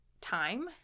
time